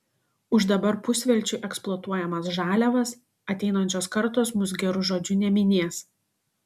už dabar pusvelčiui eksploatuojamas žaliavas ateinančios kartos mus geru žodžiu neminės